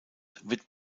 wird